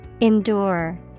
Endure